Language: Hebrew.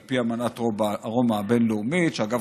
על פי אמנת רומא הבין-לאומית,